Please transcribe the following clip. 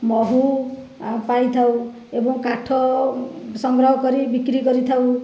ମହୁ ପାଳିଥାଉ ଏବଂ କାଠ ସଂଗ୍ରହ କରି ବିକ୍ରି କରିଥାଉ